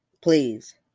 Please